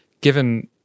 given